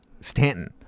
Stanton